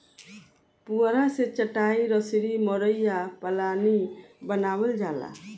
पुआरा से चाटाई, रसरी, मड़ई आ पालानी बानावल जाला